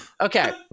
Okay